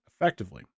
effectively